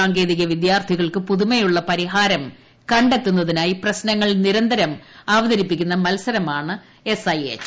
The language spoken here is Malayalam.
സാങ്കേതിക വിദ്യാർത്ഥികൾക്ക് പുതുമയുള്ള പരിഹാരം ക ത്തുന്നതിനായി പ്രശ്നങ്ങൾ നിരന്തരം അവതരിപ്പിക്കുന്ന മത്സരമാണ് എസ് ഐ എച്ച്